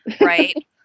right